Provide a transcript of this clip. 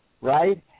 right